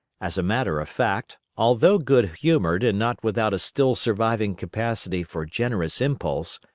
as a matter of fact, although good-humored and not without a still surviving capacity for generous impulse,